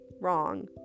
wrong